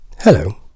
Hello